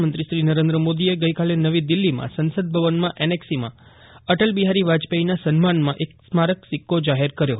પ્રધાનમંત્રી નરેન્દ્ર મોદીએ ગઇકાલે નવી દીલ્હીમાં સંસદભવનમાં એનેકસીમાં અટલબિહારી વાજપેયીના સન્માનનમાં એક સ્મારક સિક્કો જાહેર કર્યો